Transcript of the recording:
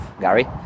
Gary